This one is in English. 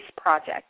project